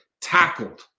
tackled